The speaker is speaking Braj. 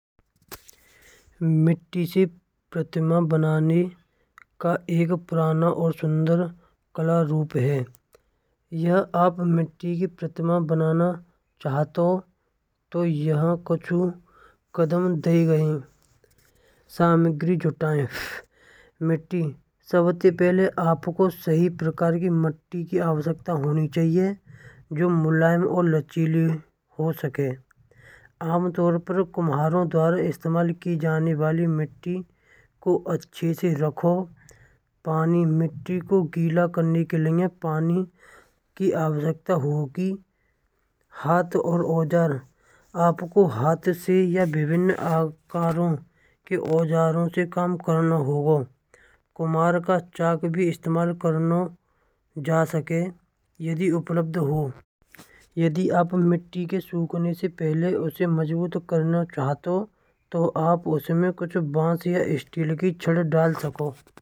मिट्टी से प्रतिमा बनाने का एक पुराना और सुंदर कलारूप है यह आप मिट्टी की प्रतिमा बनाना चाहतो तो यह कछू कदम दिये गये हैं। सामग्री जुटायें मिट्टी सबसे पहिले आपको सही प्रकार की मिट्टी की आवश्यकता होनी चाहिए जो मुलायम और लचीली हो सके। आमतौर पर कुम्हारो द्वारा इस्तेमाल की जाने वाली मिट्टी को अच्छे से रखो पानी मिट्टी को गीला करने के लिए पानी की आवश्यकता होगी। हाथ और औजार आपको हाथ से या विभिन्न प्रकार के औजारो से काम करना होगा। कुम्हार का चाक भी इस्तेमाल किया जा सके है यदि उपलब्ध हो यदि आप मिट्टी के सूखने से पहिले उसे मजबूत करना चाहो तो आप उसमें कुछ बांस या स्टील की छड़ डाल सको हो।